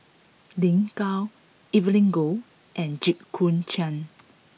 Lin Gao Evelyn Goh and Jit Koon Ch'ng